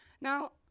Now